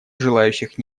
желающих